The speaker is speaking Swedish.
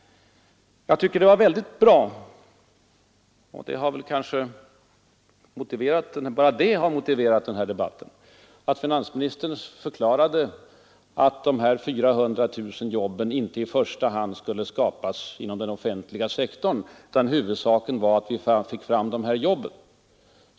Jag tycker att det var mycket bra — och bara det har motiverat den här debatten — att finansministern förklarade att de 400 000 jobben inte i första hand skulle skapas inom den offentliga sektorn utan att huvudsaken var att få fram dem.